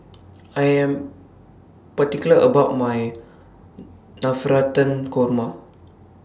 I Am particular about My Navratan Korma